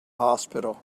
hospital